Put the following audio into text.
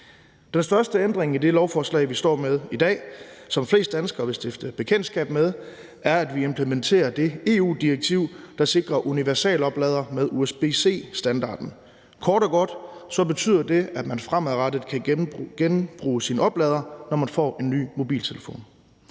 Den største ændring i det lovforslag, vi står med i dag, som flest danskere vil stifte bekendtskab med, er, at vi implementerer det EU-direktiv, der sikrer universalopladere med usb-c-standarden. Kort og godt betyder det, at man fremadrettet kan genbruge sin oplader, når man får en ny mobiltelefon.